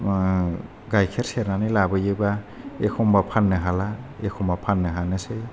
गायखेर सेरनानै लाबोयोबा एखनबा फाननो हाला एखनबा फाननो हानोसै